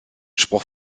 spruch